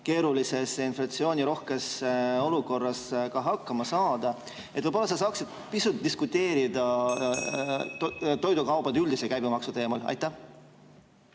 keerulises inflatsioonirohkes olukorras hakkama saada. Võib-olla sa saaksid pisut diskuteerida toidukaupade üldise käibemaksu teemal?